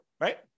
right